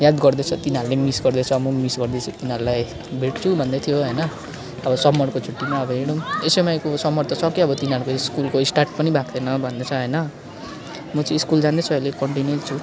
याद गर्दैछ तिनीहरूले पनि मिस गर्दैछ म पनि मिस गर्दैछु तिनीहरूलाई भेट्छु भन्दै थियो होइन अब समरको छुट्टीमा अब हेरौँ एसयुएमआईको समर त सक्यो अब तिनीहरूको स्कुलको स्टार्ट पनि भएको थिएन भन्दैछ होइन म चाहिँ स्कुल जाँदैछु अहिले कन्टिन्यू छु